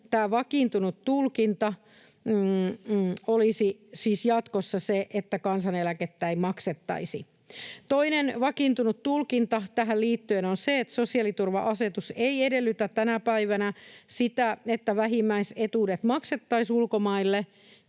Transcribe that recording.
vakiintunut tulkinta olisi siis jatkossa se, että kansaneläkettä ei maksettaisi. Toinen vakiintunut tulkinta tähän liittyen on se, että sosiaaliturva-asetus ei edellytä tänä päivänä sitä, että vähimmäisetuudet maksettaisiin ulkomaille,